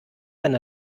wenn